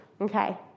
Okay